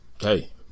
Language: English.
hey